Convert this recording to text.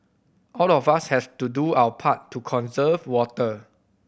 all of us has to do our part to conserve water